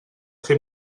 fer